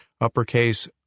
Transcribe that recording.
uppercase